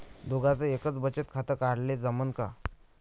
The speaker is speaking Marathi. दोघाच एकच बचत खातं काढाले जमनं का?